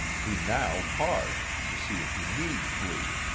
he now paused to see if he need flee.